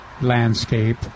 landscape